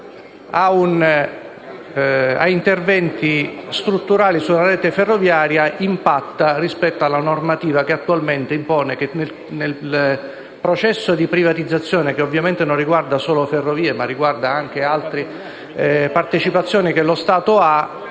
a interventi strutturali sulla rete ferroviaria impatta sulla normativa che attualmente impone che il processo di privatizzazione, che ovviamente non riguarda solo Ferrovie ma anche altre partecipate dello Stato,